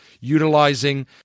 utilizing